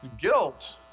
Guilt